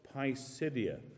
Pisidia